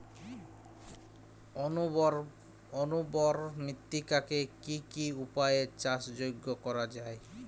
অনুর্বর মৃত্তিকাকে কি কি উপায়ে চাষযোগ্য করা যায়?